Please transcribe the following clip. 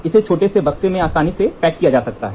इसे छोटे बक्से में आसानी से पैक किया जा सकता है